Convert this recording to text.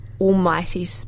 almighty